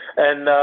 and,